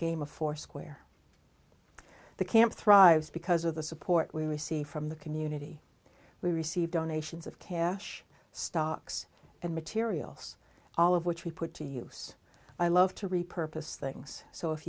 game of foursquare the camp thrives because of the support we receive from the community we receive donations of cash stocks and materials all of which we put to use i love to repurpose things so if